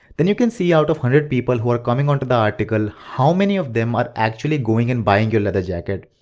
then you can see out of hundred people who are coming unto the article, how many of them are actually going and buying your leather jacket,